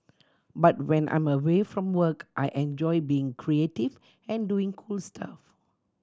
but when I'm away from work I enjoy being creative and doing cool stuff